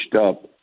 up